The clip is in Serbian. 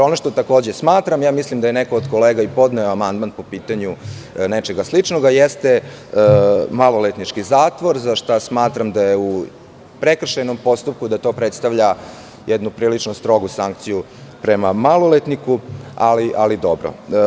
Ono što takođe smatram, mislim da je neko od kolega i podneo amandman po pitanju nečega sličnoga, jeste maloletnički zatvor, za šta smatram da u prekršajnom postupku to predstavlja jednu prilično strogu sankciju prema maloletniku, ali dobro.